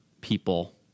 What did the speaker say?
people